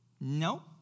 No